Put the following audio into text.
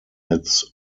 its